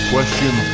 Question